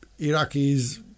Iraqi's